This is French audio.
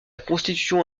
constitution